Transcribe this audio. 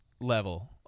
level